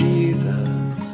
Jesus